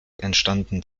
entstanden